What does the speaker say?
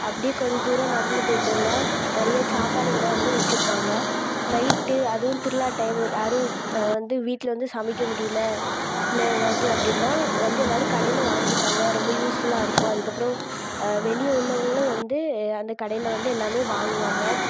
அப்படியே கொஞ்சம் தூரம் நடந்து போய்ட்ருந்தா நிறைய சாப்பாடு கடை வந்து வச்சிருப்பாங்க நைட்டு அதுவும் திருவிழா டைம் யாரும் வந்து வீட்டில் வந்து சமைக்க முடியல இல்லை ஏதாவது அப்படின்னா வந்து எல்லோரும் கடையில் வாங்கிப்பாங்க ரொம்ப யூஸ்ஃபுல்லாக இருக்கும் அதுக்கு அப்புறம் வெளியே உள்ளவங்களும் வந்து அந்த கடையில் வந்து எல்லாமே வாங்குவாங்க